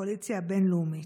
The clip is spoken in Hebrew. הקואליציה הבין-לאומית?